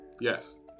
Yes